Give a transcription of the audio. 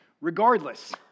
Regardless